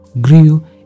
grew